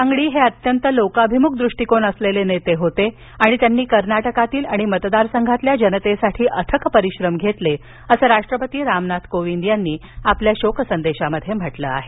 अंगडी हे अत्यंत लोकाभिमुख दृष्टीकोन असलेले नेते होते आणि त्यांनी कर्नाटकातील आणि मतदारसंघातील जनतेसाठी अथक परिश्रम घेतले असं राष्ट्रपती रामनाथ कोविंद यांनी आपल्या शोक संदेशात म्हटलं आहे